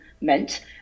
meant